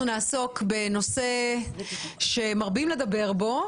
אנחנו נעסוק בנושא שמרבים לדבר בו